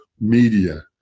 media